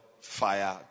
fire